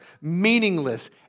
meaningless